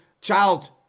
child